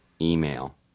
Email